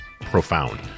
profound